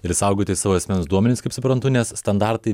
ir saugoti savo asmens duomenis kaip suprantu nes standartai